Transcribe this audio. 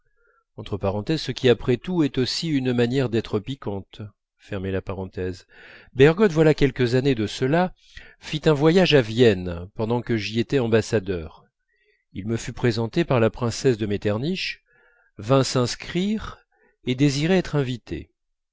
voilà quelques années de cela fit un voyage à vienne pendant que j'y étais ambassadeur il me fut présenté par la princesse de metternich vint s'inscrire et désirait être invité